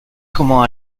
comment